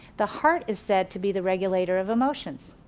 the heart is said to be the regulator of emotions.